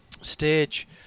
Stage